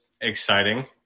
exciting